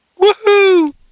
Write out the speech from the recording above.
Woohoo